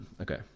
Okay